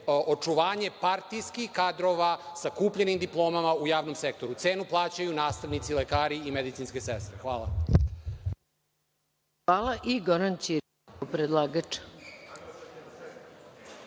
očuvanje partijskih kadrova sa kupljenim diplomama u javnom sektoru. Cenu plaćaju nastavnici, lekari i medicinske sestre. Hvala. **Maja